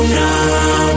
now